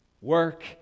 work